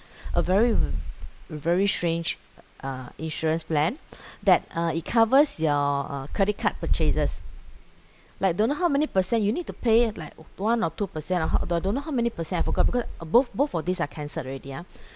a very very strange uh insurance plan that uh it covers your uh credit card purchases like don't know how many percent you need to pay like one or two percent of I don't know how many percent I forgot because uh both both of these are cancelled already ah